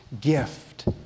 gift